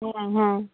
ᱦᱮᱸ ᱦᱮᱸ